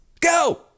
go